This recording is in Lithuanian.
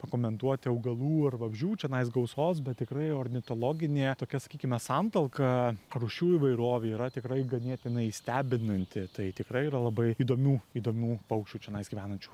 pakomentuoti augalų ar vabzdžių čionais gausos bet tikrai ornitologinė tokia sakykime santalka rūšių įvairovė yra tikrai ganėtinai stebinanti tai tikrai yra labai įdomių įdomių paukščių čionais gyvenančių